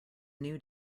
new